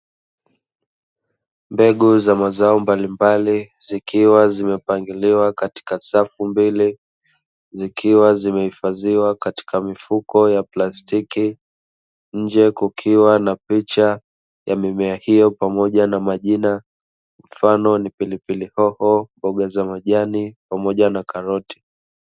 Mbegu za mazao mbalimbali zikiwa zimepangaliwa katika safu mbili, zikiwa zimehifadhiwa katika mifuko ya plastiki, nje kukiwa na picha mimea hiyo pamoja na majina, mfano ni pilipili hoho, mboga za majani pamoja na karoti.